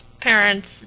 parents